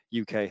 uk